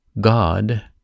God